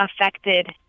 affected